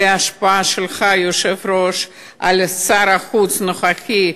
וההשפעה שלך, היושב-ראש, על שר החוץ הנוכחי,